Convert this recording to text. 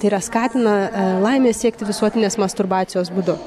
tai yra skatina laimės siekti visuotinės masturbacijos būdu